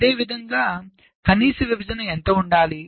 అదేవిధంగా కనీస విభజన ఎంత ఉండాలి